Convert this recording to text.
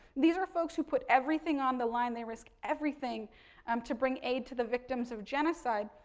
these are folks who put everything on the line, they risk everything um to bring aid to the victims of genocide.